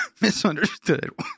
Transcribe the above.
misunderstood